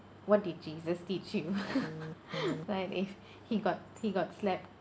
what did jesus teach you like if he got he got slapped